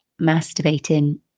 masturbating